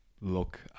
look